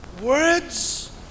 words